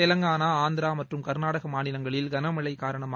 தெலங்கானா ஆந்திரா மற்றும் கர்நாடகா மாநிலங்களில் கனமழை காரணமாக